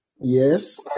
yes